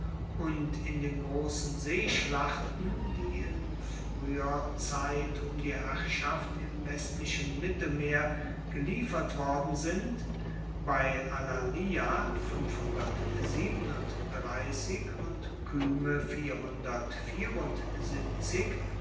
und in den grossen seeschlachten die in frueher zeit um die herrschaft im westlichen mittelmeer geliefert worden sind bei alalia und kyme